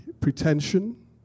pretension